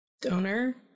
Donor